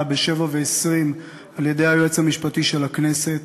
ב-19:20 על-ידי היועץ המשפטי של הכנסת.